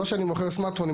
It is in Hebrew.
לא שאני מוכר סמרטפונים.